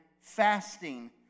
fasting